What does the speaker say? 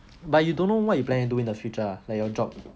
but you don't know what you planning to do in the future ah like your job